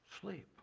sleep